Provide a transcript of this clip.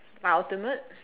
my ultimate